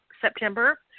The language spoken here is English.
September